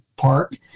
park